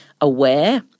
aware